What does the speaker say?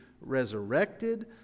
resurrected